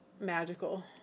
magical